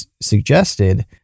suggested